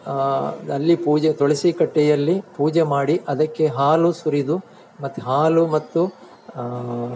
ಆ ಅಲ್ಲಿ ಪೂಜೆ ತುಳಸಿ ಕಟ್ಟೆಯಲ್ಲಿ ಪೂಜೆ ಮಾಡಿ ಅದಕ್ಕೆ ಹಾಲು ಸುರಿದು ಮತ್ತು ಹಾಲು ಮತ್ತು